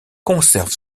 conserve